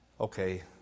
Okay